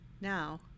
Now